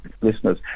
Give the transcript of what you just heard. listeners